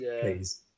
Please